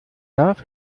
darf